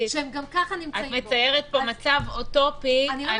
את מתארת פה מצב אוטופי,